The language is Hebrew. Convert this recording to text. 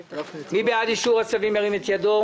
מי בעד אישור הצווים ירים את ידו.